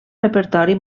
repertori